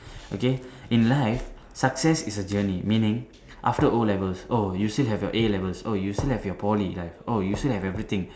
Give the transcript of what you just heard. okay in life success is a journey meaning after O-levels oh you still have A-levels oh you still have your Poly right oh you still have everything